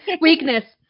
Weakness